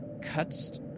cuts